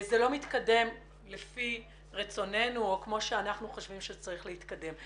זה לא מתקדם לפי רצוננו או כפי שאנחנו חושבים שצריך להתקדם.